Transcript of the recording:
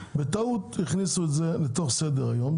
ובטעות הכניסו את זה גם לסדר היום,